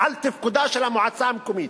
על תפקודה של המועצה המקומית,